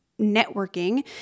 networking